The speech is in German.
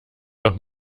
doch